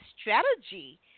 strategy